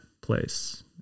place